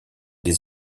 des